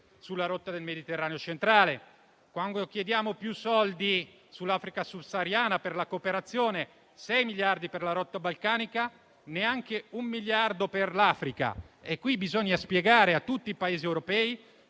sulla rotta del Mediterraneo centrale, quando chiediamo più soldi sull'Africa subsahariana per la cooperazione: 6 miliardi per la rotta balcanica, neanche un miliardo per l'Africa. Bisogna spiegare a tutti i Paesi europei